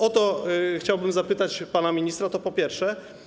O to chciałbym zapytać pana ministra - to po pierwsze.